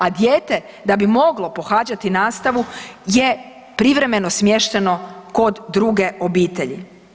A dijete da bi moglo pohađati nastavu je privremeno smješteno kod druge obitelji.